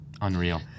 Unreal